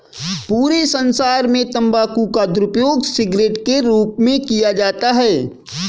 पूरे संसार में तम्बाकू का दुरूपयोग सिगरेट के रूप में किया जाता है